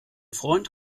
freund